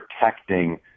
protecting